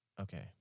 Okay